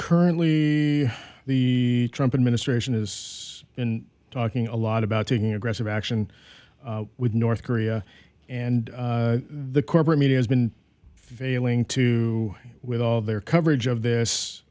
currently the trump administration has been talking a lot about taking aggressive action with north korea and the corporate media has been failing to with all their coverage of this